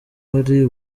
hari